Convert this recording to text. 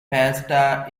pasta